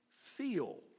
feel